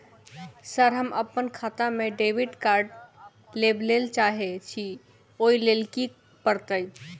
Sir हम अप्पन खाता मे डेबिट कार्ड लेबलेल चाहे छी ओई लेल की परतै?